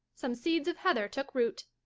some seeds of heather took root.